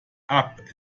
app